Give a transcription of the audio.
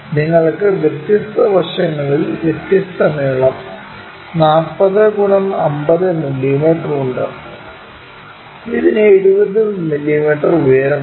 നിങ്ങൾക്ക് വ്യത്യസ്ത വശങ്ങളിൽ വ്യത്യസ്ത നീളം 40 x 50 മില്ലീമീറ്റർ ഉണ്ട് ഇതിന് 70 മില്ലീമീറ്റർ ഉയരമുണ്ട്